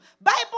Bible